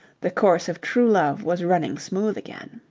the course of true love was running smooth again.